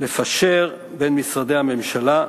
לפשר בין משרדי הממשלה,